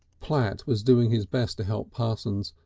platt was doing his best to help parsons,